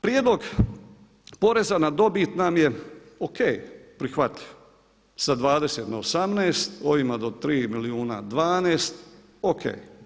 Prijedlog poreza na dobit nm je ok, prihvatljiv sa 20 na 18, ovima do 3 milijuna 12, ok.